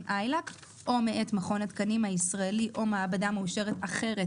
ILAC או מאת מכון התקנים הישראלי או מעבדה מאושרת אחרת,